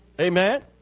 Amen